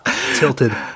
Tilted